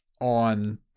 on